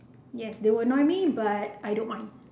yes they will annoy me but I don't mind